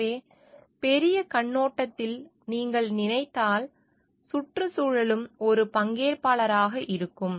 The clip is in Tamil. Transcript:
எனவே பெரிய கண்ணோட்டத்தில் நீங்கள் நினைத்தால் சுற்றுச்சூழலும் ஒரு பங்கேற்பாளராக இருக்கும்